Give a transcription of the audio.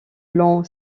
l’on